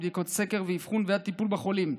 מבדיקות סקר ואבחון ועד לטיפול בחולים.